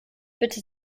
bitte